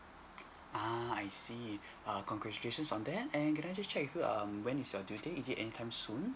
uh I see err congratulations on that and can I just check with you um when is your due date is it anytime soon